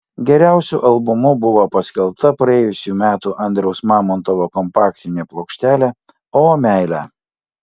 geriausiu albumu buvo paskelbta praėjusių metų andriaus mamontovo kompaktinė plokštelė o meile